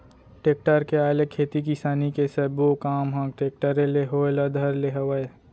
tractor के आए ले खेती किसानी के सबो काम ह टेक्टरे ले होय ल धर ले हवय